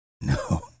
No